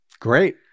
Great